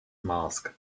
mask